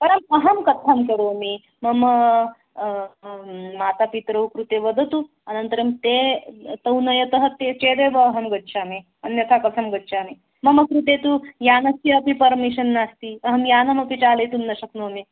परम् अहं कथं करोमि मम मातापितरौ कृते वदतु अनन्तरं ते तौ नयतः ते चेदेव अहं गच्छामि अन्यथा कथं गच्छामि मम कृते तु यानस्यपि पर्मिशन् नास्ति अहं यानमपि चालयितुं न शक्नोमि